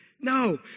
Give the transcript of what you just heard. No